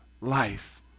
life